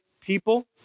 people